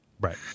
Right